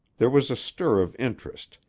there was a stir of interest,